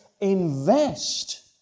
invest